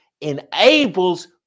enables